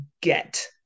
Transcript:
get